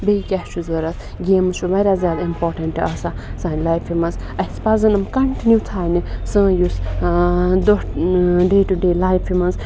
بیٚیہِ کیاہ چھُ ضوٚرَتھ گیمز چھُ واریاہ زیادٕ اِمپاٹَنٹ آسان سانہِ لایفہِ مَنٛز اَسہِ پَزَن یِم کَنٹِنیوٗ تھاونہِ سٲنۍ یُس دۄہ ڈے ٹُو ڈے لایفہِ مَنٛز